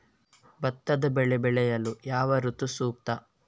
ಭತ್ತದ ಬೆಳೆ ಬೆಳೆಯಲು ಯಾವ ಋತು ಸೂಕ್ತ?